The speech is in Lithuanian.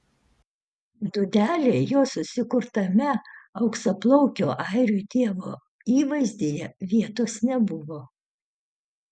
dūdelei jos susikurtame auksaplaukio airių dievo įvaizdyje vietos nebuvo